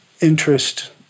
interest